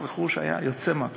מס רכוש היה יוצא מהכלל.